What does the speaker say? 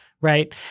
right